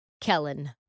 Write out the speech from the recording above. Kellen